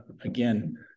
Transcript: again